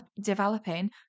developing